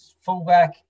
fullback